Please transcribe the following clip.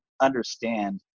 understand